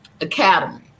academy